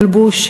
מלבוש,